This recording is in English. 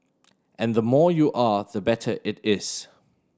and the more you are the better it is